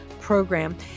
program